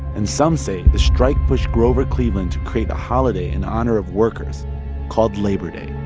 and some say the strike pushed grover cleveland to create a holiday in honor of workers called labor day.